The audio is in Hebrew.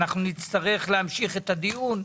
אז נצטרך להמשיך את הדיון.